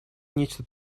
нечто